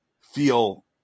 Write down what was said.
feel